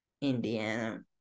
Indiana